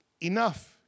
enough